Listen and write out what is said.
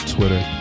Twitter